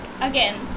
Again